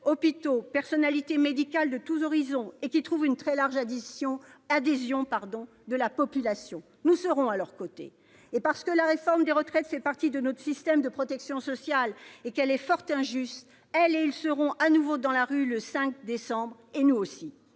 Inter-Hôpitaux, personnalités médicales de tous horizons, trouve une très large adhésion de la population : nous serons à leurs côtés. Et parce que la réforme des retraites fait aussi partie de notre système de protection sociale et qu'elle est fort injuste, nos concitoyens seront à nouveau dans la rue le 5 décembre prochain